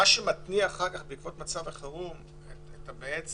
מה שמתניע אחר כך בעקבות מצב החירום את הפעולות,